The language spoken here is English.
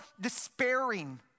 despairing